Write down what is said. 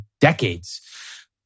decades